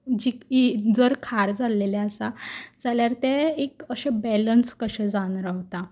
जितकी जर खार जाल्लेलें आसा जाल्यार तें एक अशें बेलंस कशें जावन रावता